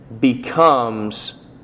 becomes